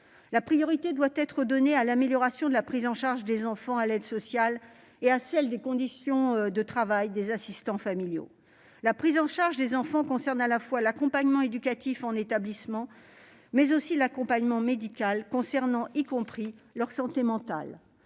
La priorité doit être donnée à l'amélioration de la prise en charge des enfants par l'aide sociale et des conditions de travail des assistants familiaux. La prise en charge des enfants concerne évidemment l'accompagnement éducatif en établissement, mais également l'accompagnement médical, y compris en termes de santé mentale.